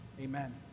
Amen